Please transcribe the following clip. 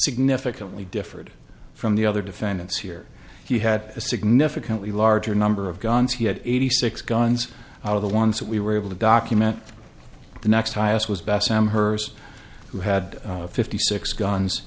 significantly differed from the other defendants here he had a significantly larger number of guns he had eighty six guns out of the ones that we were able to document the next highest was best sam hers who had fifty six guns